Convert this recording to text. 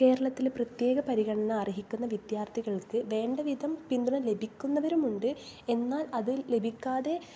കേരളത്തില് പ്രത്യേക പരിഗണന അർഹിക്കുന്ന വിദ്യാർത്ഥികൾക്ക് വേണ്ടവിധം പിന്തുണ ലഭിക്കുന്നവരുണ്ട് എന്നാൽ അത് ലഭികാതെ